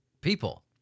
people